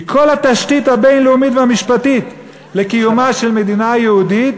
כי כל התשתית הבין-לאומית והמשפטית לקיומה של מדינה יהודית